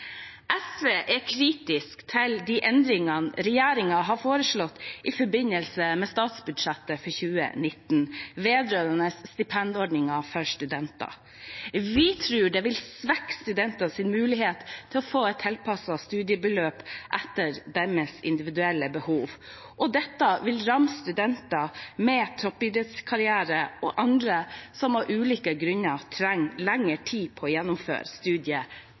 SV er kritisk til de endringene regjeringen har foreslått i forbindelse med statsbudsjettet for 2019 vedrørende stipendordningen for studenter. Vi tror det vil svekke studenters mulighet til å få et tilpasset studieløp etter deres individuelle behov. Dette vil ramme studenter med toppidrettskarriere og andre som av ulike grunner trenger lengre tid på å gjennomføre